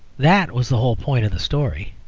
that was the whole point of the story,